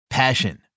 Passion